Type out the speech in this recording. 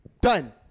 Done